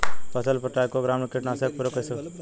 फसल पे trichogramma कीटनाशक के प्रयोग कइसे होखेला?